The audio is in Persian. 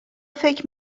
فکر